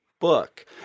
book